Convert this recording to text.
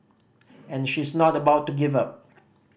and she's not about to give up